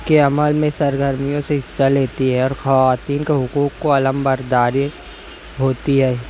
کے عمل میں سرگرمیوں سے حصہ لیتی ہے اور خواتین کے حقوق کو علم برداری ہوتی ہے